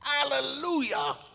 Hallelujah